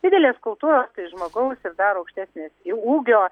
didelės skulptūros žmogaus ir dar aukštesnės į ūgio